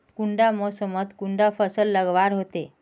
कुंडा मोसमोत कुंडा फसल लगवार होते?